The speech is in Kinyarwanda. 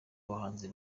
abahanzi